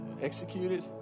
executed